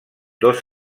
dos